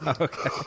Okay